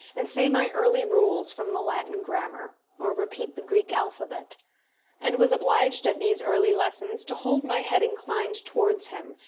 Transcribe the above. and say my early rules from the latin grammar, or repeat the greek alphabet and was obliged at these early lessons to hold my head inclined towards him,